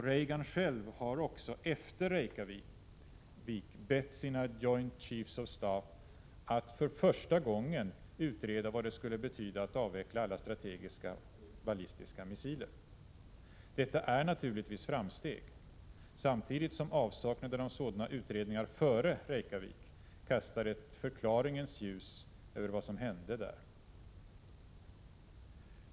Reagan själv har också efter Reykjavik bett sina Joint Chiefs of Staff att för första gången utreda vad det skulle betyda att avveckla alla strategiska ballistiska missiler. Detta är naturligtvis framsteg — samtidigt som avsaknaden av sådana utredningar före Reykjavik kastar ett förklaringens ljus över vad som hände där.